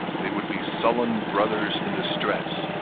they would be sullen brothers in distress,